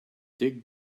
dig